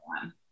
one